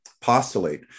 postulate